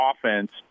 offense